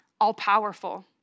all-powerful